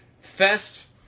Fest